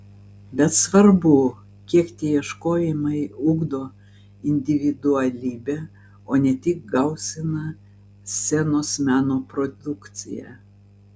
bet svarbu kiek tie ieškojimai ugdo individualybę o ne tik gausina scenos meno produkciją